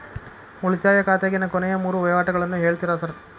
ಉಳಿತಾಯ ಖಾತ್ಯಾಗಿನ ಕೊನೆಯ ಮೂರು ವಹಿವಾಟುಗಳನ್ನ ಹೇಳ್ತೇರ ಸಾರ್?